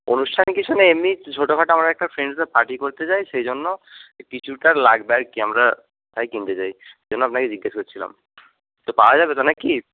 অনুষ্ঠান কিছু না এমনি ছোটখাটো আমরা একটা ফ্রেন্ডসরা পার্টি করতে চাই সেই জন্য কিছুটা লাগবে আর কি আমরা তাই কিনতে চাই সেই জন্য আপনাকে জিজ্ঞেস করছিলাম তো পাওয়া যাবে তো না কি